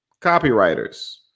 copywriters